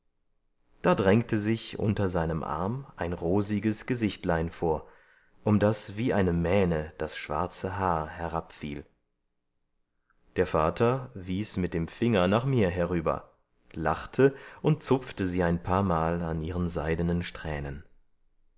da drängte sich unter seinem arm ein rosiges gesichtlein vor um das wie eine mähne das schwarze haar herabfiel der vater wies mit dem finger nach mir herüber lachte und zupfte sie ein paarmal an ihren seidenen strähnen